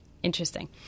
Interesting